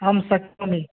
अहं शक्नोमि